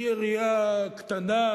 היא ירייה קטנה,